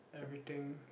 everything